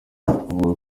avuga